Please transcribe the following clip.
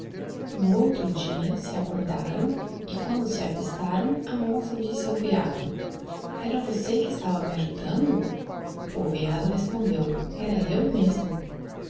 no outro dia se acordaram e quando se avistaram a onça disse ao veado era vocô que estava me ajudando o veado respondeu era eu mesmo